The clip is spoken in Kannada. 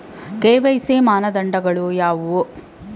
ಕೆ.ವೈ.ಸಿ ಮಾನದಂಡಗಳು ಯಾವುವು?